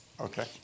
Okay